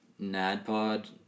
Nadpod